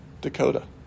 Dakota